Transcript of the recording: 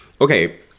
okay